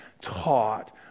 taught